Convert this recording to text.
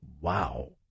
Wow